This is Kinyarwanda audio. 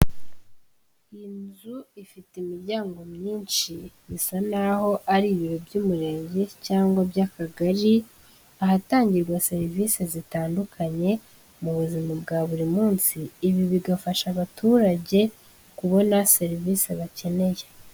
Iyi nzu ifite imiryango myinshi bisa n'aho ari ibiro by'umurenge cyangwa by'akagari, ahatangirwa serivise zitandukanye mu buzima bwa buri munsi, ibi bigafasha abaturage kubona serivise bakeneye.